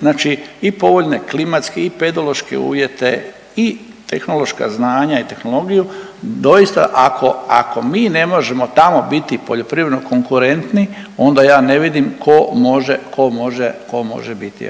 Znači i povoljne klimatske i pedološke uvjete i tehnološka znanja i tehnologiju. Doista ako mi ne možemo tamo biti i poljoprivredno konkurentni onda ja ne vidim tko može biti.